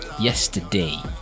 yesterday